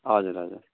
हजुर हजुर